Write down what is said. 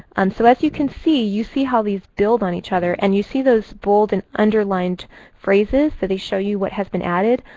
and so as you can see, you see how these build on each other. and you see those bold and underlined phrases? so they show you what has been added.